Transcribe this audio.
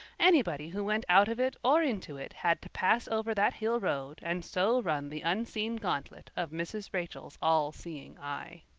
anybody who went out of it or into it had to pass over that hill road and so run the unseen gauntlet of mrs. rachel's all-seeing eye.